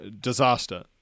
disaster